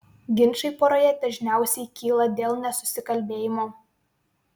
ginčai poroje dažniausiai kyla dėl nesusikalbėjimo